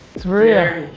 it's rear.